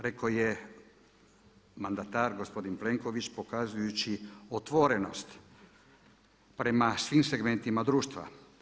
Rekao je mandatar gospodin Plenković pokazujući otvorenost prema svim segmentima društva.